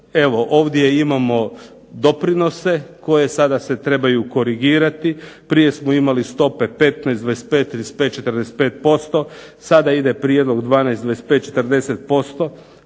ovdje imamo doprinose koji sada se trebaju korigirati. Prije smo imali stope 15, 25, 35, 45%, sada ide prijedlog 12, 25, 40%.